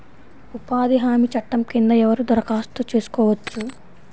ఉపాధి హామీ చట్టం కింద ఎవరు దరఖాస్తు చేసుకోవచ్చు?